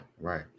right